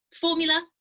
formula